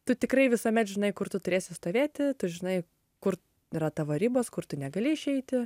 tu tikrai visuomet žinai kur tu turėsi stovėti tu žinai kur yra tavo ribos kur tu negali išeiti